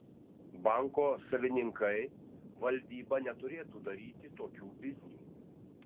banko savininkai valdyba neturėtų daryti tokių biznių